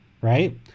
right